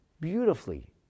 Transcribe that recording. beautifully